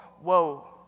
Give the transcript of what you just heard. Whoa